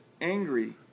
angry